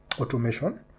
automation